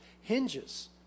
hinges